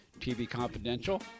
tvconfidential